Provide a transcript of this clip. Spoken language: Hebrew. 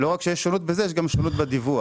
לא רק שיש שונות בזה יש גם שונות בדיווח.